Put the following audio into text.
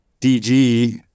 DG